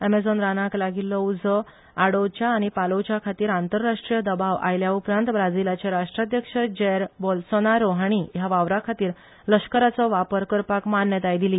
अमेझॉन रानाक लागील्लो उझो आडोवन पालोवच्या खातीर आंतरराष्ट्रीय दबाव आयल्या उपरांत ब्राझीलाचे राष्ट्राध्यक्ष जॅर बोलसोनारो हाणी ह्या वावराखातीर लश्कराचो वापर करपाक मान्यताय दिली